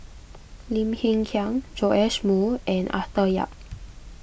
Lim Hng Kiang Joash Moo and Arthur Yap